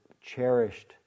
cherished